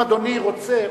אם אדוני רוצה,